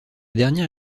dernière